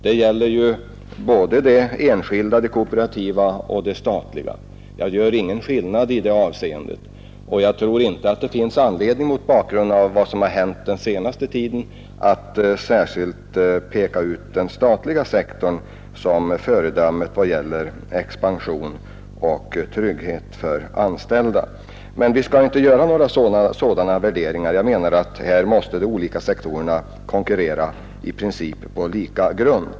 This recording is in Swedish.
Det gäller både det enskilda, det kooperativa och det statliga näringslivet; jag gör ingen skillnad därvidlag. Mot bakgrunden av vad som har hänt den senaste tiden tror jag inte det finns anledning att peka ut den statliga sektorn som föredöme vad gäller expansion och trygghet för anställda. Men vi skall inte göra sådana värderingar i denna debatt. De olika sektorerna måste konkurrera på i princip lika grund.